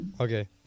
Okay